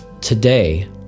Today